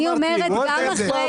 לא אמרתי את זה.